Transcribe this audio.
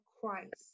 Christ